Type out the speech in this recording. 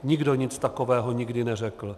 Nikdo nic takového nikdy neřekl.